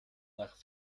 nach